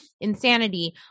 Insanity